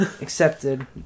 Accepted